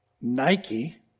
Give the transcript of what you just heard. Nike